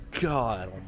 God